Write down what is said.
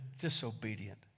disobedient